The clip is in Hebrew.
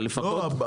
לא.